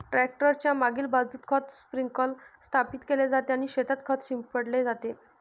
tractor च्या मागील बाजूस खत स्प्रिंकलर स्थापित केले जाते आणि शेतात खत शिंपडले जाते